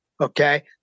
Okay